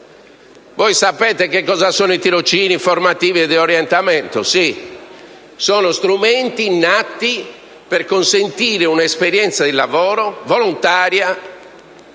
Sapete cosa sono i tirocini formativi e di orientamento? Sono strumenti nati per consentire un'esperienza di lavoro volontaria